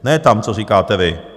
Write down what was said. Ne tam, co říkáte vy.